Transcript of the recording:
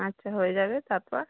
আচ্ছা হয়ে যাবে তারপর